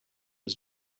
his